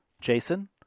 Jason